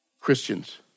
Christians